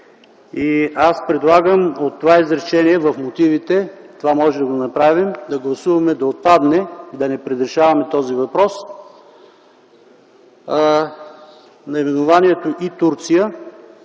Предлагам от това изречение в мотивите – това можем да го направим, да гласуваме да отпадне – да не предрешаваме този въпрос, наименованието „и Турция”